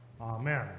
Amen